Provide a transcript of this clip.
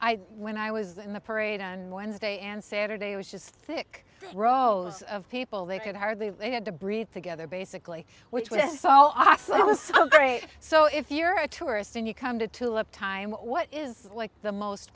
i when i was in the parade on wednesday and saturday i was just sick rows of people they could hardly breathe together basically which was so awesome it was so great so if you're a tourist and you come to tulip time what is like the most